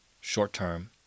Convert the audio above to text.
short-term